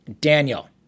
Daniel